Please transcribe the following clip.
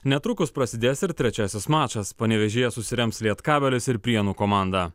netrukus prasidės ir trečiasis mačas panevėžyje susirems lietkabelis ir prienų komanda